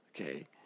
Okay